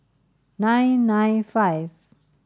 nine nine five